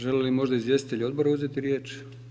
Žele li možda izvjestitelji odbora uzeti riječ?